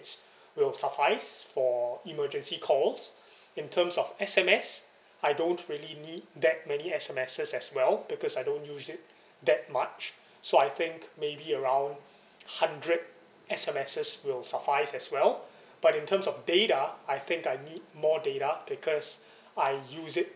will suffice for emergency calls in terms of S_M_S I don't really need that many S_M_Ses as well because I don't use it that much so I think maybe around hundred S_M_Ses will suffice as well but in terms of data I think I need more data because I use it